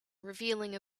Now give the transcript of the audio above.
revealing